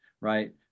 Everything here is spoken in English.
right